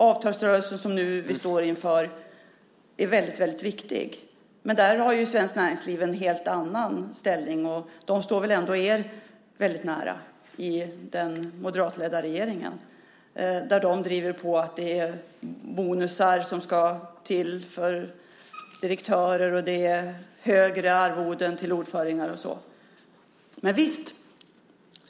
Avtalsrörelsen, som vi nu står inför, är väldigt viktig. Men där har ju Svenskt Näringsliv en helt annan ställning. Och de står väl ändå väldigt nära er i den moderatledda regeringen? De driver på att det ska till bonusar för direktörer. Det handlar om högre arvoden till ordförande och så vidare.